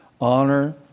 honor